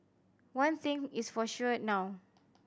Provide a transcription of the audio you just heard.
one thing is for sure now